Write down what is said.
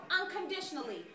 unconditionally